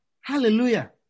hallelujah